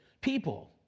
people